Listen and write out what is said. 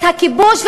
את הכיבוש,